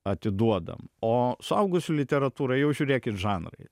atiduodam o suaugusių literatūra jau žiūrėkit žanrai